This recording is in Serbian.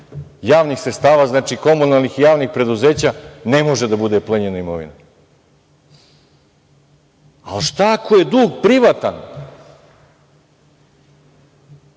javnih sredstava, znači, komunalnih i javnih preduzeća ne može da bude plenjena imovina. Šta ako je dug privatan?